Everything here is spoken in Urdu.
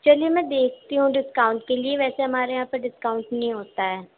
چلیے میں دیکھتی ہوں ڈسکاؤنٹ کے لیے ویسے ہمارے یہاں پہ ڈسکاؤنٹ نہیں ہوتا ہے